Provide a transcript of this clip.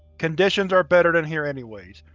conditions are better than here anyways,